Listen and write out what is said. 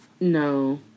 No